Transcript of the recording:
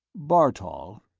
bartol,